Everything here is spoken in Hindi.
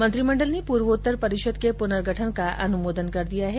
मंत्रिमंडल ने पूर्वोत्तर परिषद के पुनर्गठन का अनुमोदन कर दिया है